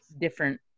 different